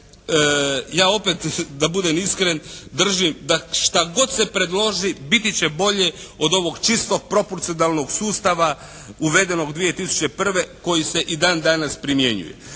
ja opet da budem iskren držim da šta god se predloži biti će bolje od ovog čisto proporcionalnog sustava uvedenog 2001. koji se i dan danas primjenjuje.